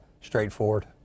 straightforward